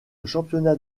championnat